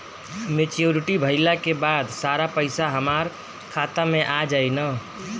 Maturity भईला के बाद सारा पईसा हमार खाता मे आ जाई न?